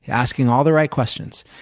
asking all the right questions.